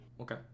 okay